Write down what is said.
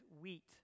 wheat